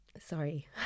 sorry